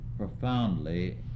profoundly